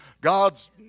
God's